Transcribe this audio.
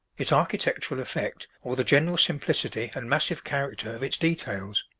its architectural effect, or the general simplicity and massive character of its details.